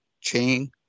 chain